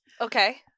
Okay